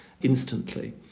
instantly